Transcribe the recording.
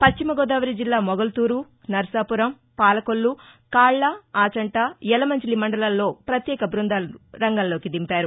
పశ్చిమ గోదావరి జిల్లా మొగల్తూరు నరసాపురం పాలకొల్లు కాళ్ళ ఆచంట యలమంచిలి మండలాల్లో ప్రత్యేక బ్బందాలను రంగంలోకి దింపారు